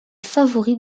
favoris